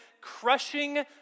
Crushing